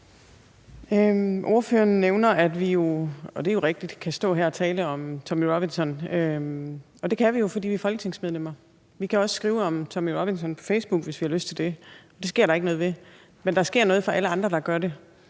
– og det er jo rigtigt – kan stå her og tale om Tommy Robinson. Og det kan vi jo, fordi vi er folketingsmedlemmer. Vi kan også skrive om Tommy Robinson på Facebook, hvis vi har lyst til det; det sker der ikke noget ved, men der sker noget for alle andre, der gør det.